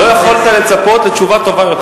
לא יכולת לצפות לתשובה טובה יותר.